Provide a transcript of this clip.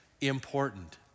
important